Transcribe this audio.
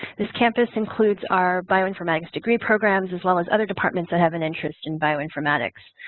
this campus includes our bioinformatics degree programs, as well as other departments that have an interest in bioinformatics.